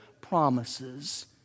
promises